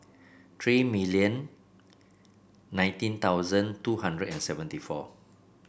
three million nineteen thousand two hundred and seventy four